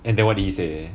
and then what did he say